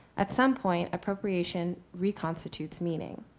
at some point appropriation reconstitutes meaning,